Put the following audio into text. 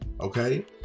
okay